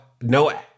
no